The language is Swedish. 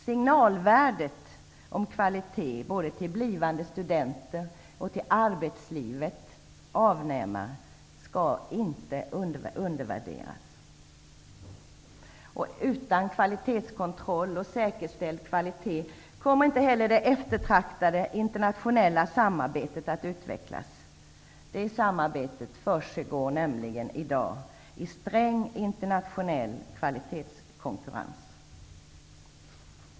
Signalvärdet beträffande kvaliteten, det gäller då både blivande studenter och arbetslivets avnämare, skall inte undervärderas. Utan en kvalitetskontroll och säkerställd kvalitet kommer inte heller det eftertraktade internationella samarbetet att utvecklas. Det samarbetet försiggår nämligen i dag i sträng internationell kvalitetskonkurrens.